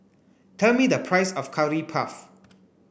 tell me the price of curry puff